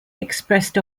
expressed